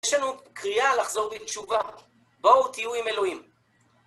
יש לנו קריאה לחזור בתשובה. בואו תהיו עם אלוהים.